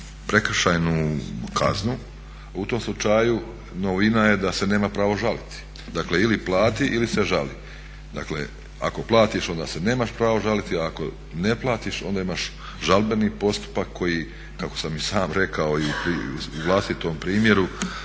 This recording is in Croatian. prekršajnu kaznu, u tom slučaju novina je da se nema pravo žaliti, dakle ili plati ili se žali. Dakle ako platiš onda se nemaš pravo žaliti, ako ne platiš onda imaš žalbeni postupak koji kako sam i sam rekao i u vlastitom primjeru